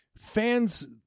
fans –